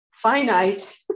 finite